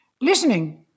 listening